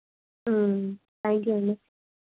thank you అండి